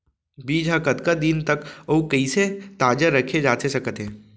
बीज ह कतका दिन तक अऊ कइसे ताजा रखे जाथे सकत हे?